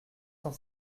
cent